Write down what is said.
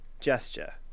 gesture